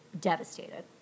devastated